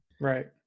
Right